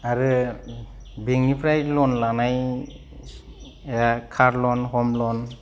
आरो बेंकनिफ्राय लन लानाय कार लन हम लन